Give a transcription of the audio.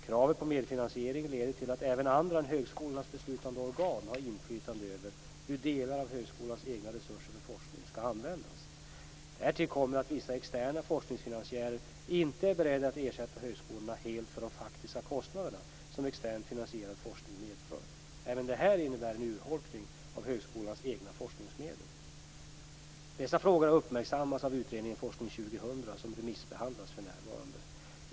Kravet på medfinansiering leder till att även andra än högskolornas beslutande organ har inflytande över hur delar av högskolans egna resurser för forskning skall användas. Därtill kommer att vissa externa forskningsfinansiärer inte är beredda att ersätta högskolorna helt för de faktiska kostnader som externt finansierad forskning medför. Även detta innebär en urholkning av högskolans egna forskningsmedel. Dessa frågor har uppmärksammats av utredningen Forskning 2000, som remissbehandlas för närvarande.